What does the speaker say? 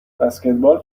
بسکتبال